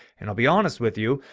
and i'll be honest with you.